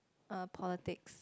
err politics